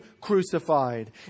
crucified